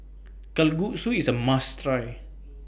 Kalguksu IS A must Try